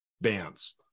bands